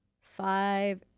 five